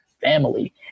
family